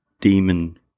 demon